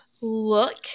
Look